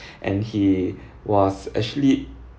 and he was actually